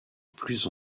plus